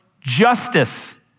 justice